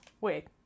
wait